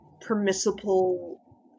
permissible